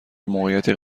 موقعیتی